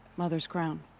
mother's crown.